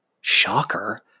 shocker